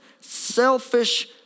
selfish